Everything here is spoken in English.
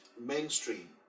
mainstream